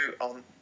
on